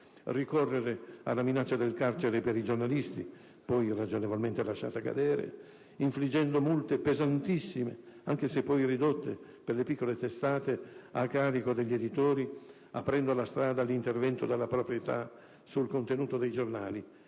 ricorrere alla minaccia del carcere per i giornalisti (poi ragionevolmente lasciata cadere), infliggendo multe pesantissime, anche se poi ridotte per le piccole testate, a carico degli editori, aprendo la strada all'intervento della proprietà sul contenuto dei giornali